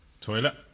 Toilet